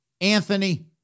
Anthony